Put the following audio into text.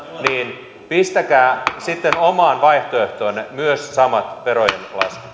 niin pistäkää sitten omaan vaihtoehtoonne myös samat verojen